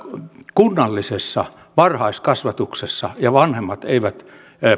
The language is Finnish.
kunnallisessa varhaiskasvatuksessa ja vanhemmat eivät